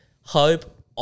hope